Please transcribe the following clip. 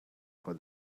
for